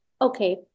okay